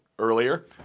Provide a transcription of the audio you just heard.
earlier